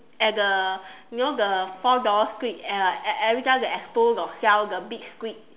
at the you know the four dollar squid at uh every time the expo got sell the big squid